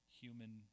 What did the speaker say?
human